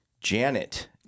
Janet